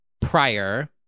prior